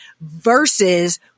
versus